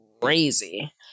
crazy